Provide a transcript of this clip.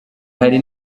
hari